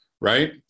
right